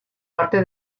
parte